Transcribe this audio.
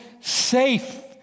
safe